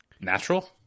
natural